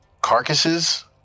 carcasses